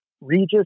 Regis